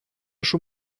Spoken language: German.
schon